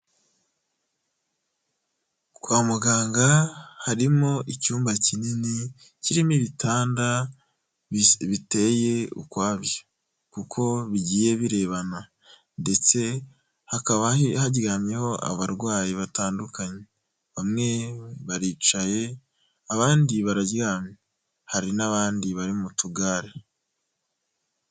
Kwa muganga harimo icyumba kinini kirimo ibitanda biteye ukwabyo, kuko bigiye birebana ndetse hakaba haryamyeho abarwayi batandukanye bamwe baricaye abandi bararyamye hari n'abandi bari mu tugare.